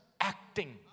acting